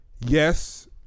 Yes